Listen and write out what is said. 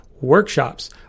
workshops